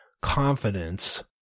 confidence